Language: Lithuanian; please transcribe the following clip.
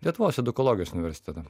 lietuvos edukologijos universitetą